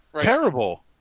Terrible